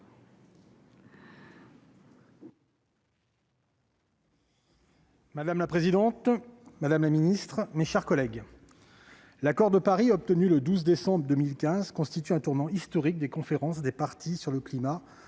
Madame la présidente, madame la secrétaire d'État, mes chers collègues, l'accord de Paris obtenu le 12 décembre 2015 constitue un tournant historique des conférences des parties sur le climat